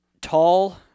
Tall